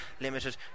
Limited